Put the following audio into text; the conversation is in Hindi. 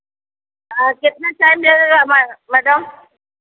और कितना टाइम लगेगा मैडम मैडम